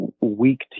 weak